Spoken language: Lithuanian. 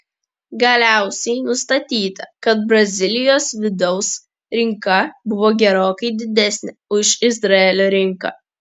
galiausiai nustatyta kad brazilijos vidaus rinka buvo gerokai didesnė už izraelio rinką